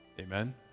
Amen